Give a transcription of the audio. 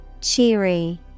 Cheery